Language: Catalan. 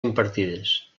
impartides